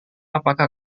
apakah